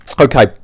Okay